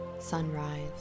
sunrise